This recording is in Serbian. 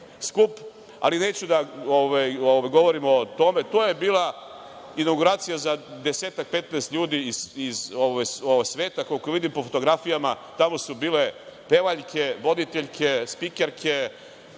ali neću da govorim o tome. To je bila inauguracija za desetak, petnaest ljudi iz sveta, koliko vidim po fotografijama, tamo su bile pevaljke, voditeljke, spikerke,